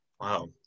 wow